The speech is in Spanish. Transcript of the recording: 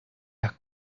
las